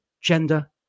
gender